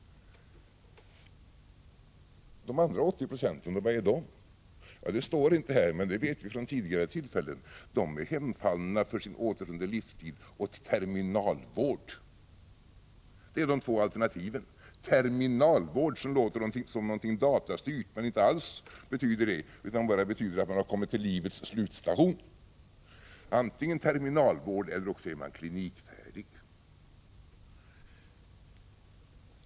De andra 80 procenten då, hur står det till med dem? Det framgår inte här, men det vet vi från tidigare tillfällen: de är för sin återstående livstid hemfallna åt terminalvård. Det är de två alternativen. Terminalvård, som låter som någonting datastyrt men som inte alls har den betydelsen, innebär bara att man har kommit till livets slutstation. Antingen är man föremål för terminalvård eller så är man klinikfärdig.